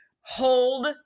Hold